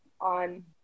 on